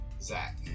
Zach